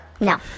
No